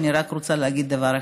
אני רק רוצה להגיד דבר אחד: